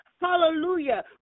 Hallelujah